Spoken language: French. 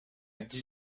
dix